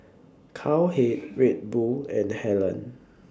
Cowhead Red Bull and Helen